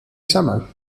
summer